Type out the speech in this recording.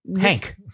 Hank